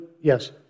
yes